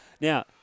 Now